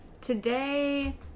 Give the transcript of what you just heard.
Today